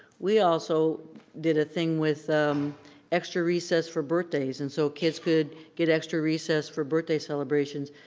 we also did a thing with um extra recess for birthdays. and so kids could get extra recess for birthday celebrations.